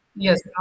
Yes